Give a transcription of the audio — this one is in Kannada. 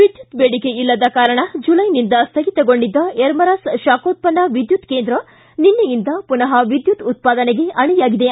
ವಿದ್ಯುತ್ ಬೇಡಿಕೆ ಇಲ್ಲದ ಕಾರಣ ಜುಲೈನಿಂದ ಸ್ವಗಿತಗೊಂಡಿದ್ದ ಯರಮರಸ್ ಶಾಖೋತ್ಪನ್ನ ವಿದ್ಯುತ್ ಕೇಂದ್ರ ನಿನ್ನೆಯಿಂದ ಪುನಃ ವಿದ್ಯುತ್ ಉತ್ಪಾದನೆಗೆ ಅಣಿಯಾಗಿದೆ